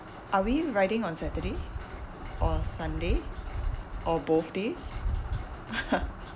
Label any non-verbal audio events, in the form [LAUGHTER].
are we riding on saturday or sunday or both days [LAUGHS]